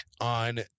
on